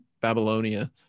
Babylonia